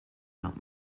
out